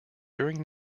during